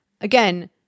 again